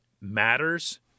matters